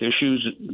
issues